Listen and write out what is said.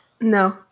no